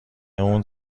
اون